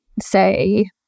say